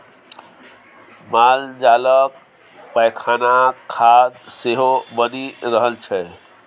मालजालक पैखानाक खाद सेहो बनि रहल छै